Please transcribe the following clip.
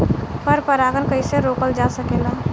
पर परागन कइसे रोकल जा सकेला?